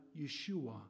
Yeshua